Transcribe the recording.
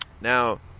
Now